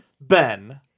Ben